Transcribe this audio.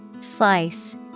Slice